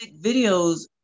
videos